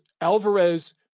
Alvarez